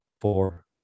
Four